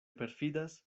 perfidas